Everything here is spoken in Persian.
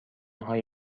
هایی